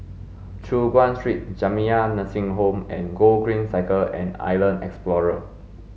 Choon Guan Street Jamiyah Nursing Home and Gogreen Cycle and Island Explorer